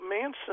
Manson